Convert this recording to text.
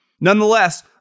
Nonetheless